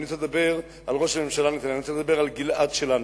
אני רוצה לדבר אל גלעד שלנו.